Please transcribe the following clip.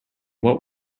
what